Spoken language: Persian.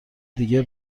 دیگه